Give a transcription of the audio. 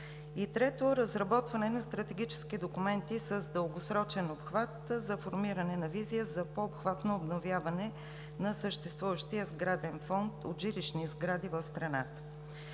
Трето, разработване на стратегически документи с дългосрочен обхват за формиране на визия за по-обхватно обновяване на съществуващия сграден фонд от жилищни сгради в страната.